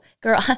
girl